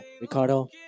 Ricardo